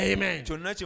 Amen